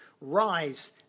Rise